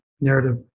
narrative